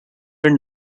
wind